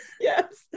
Yes